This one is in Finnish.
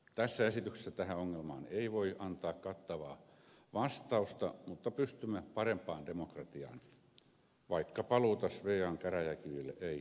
tässä esityksessä tähän ongelmaan ei voi antaa kattavaa vastausta mutta pystymme parempaan demokratiaan vaikka paluuta svean käräjäkiville ei olekaan